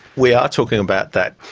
we are talking about that.